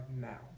now